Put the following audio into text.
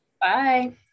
Bye